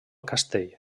castell